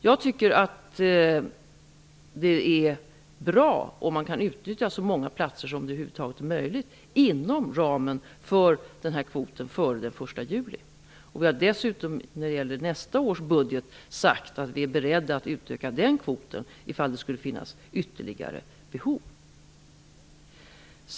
Jag tycker att det är bra om man kan utnyttja så många platser som över huvud taget är möjligt inom ramen för den här kvoten före den 1 juli. När det gäller nästa års budget har vi dessutom sagt att vi är beredda att utöka den kvoten om det skulle finnas ytterligare behov.